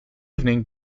evening